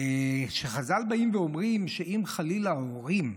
חז"ל באים ואומרים שאם חלילה ההורים,